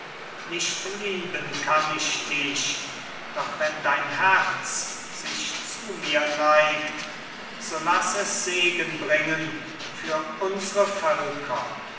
nicht lieben kann ich dich doch wenn dein herz sich zu mir neigt so laß es segen bringen für unsre völker